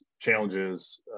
challenges